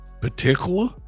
particular